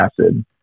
acid